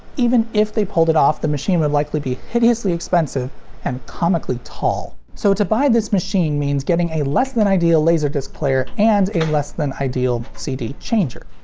even if they pulled it off, the machine would likely be hideously expensive and comically tall. so, to buy this machine means getting a less-than-ideal laserdisc player and a less-than-ideal cd changer.